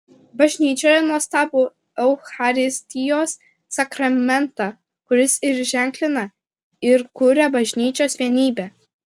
bažnyčioje nuostabų eucharistijos sakramentą kuris ir ženklina ir kuria bažnyčios vienybę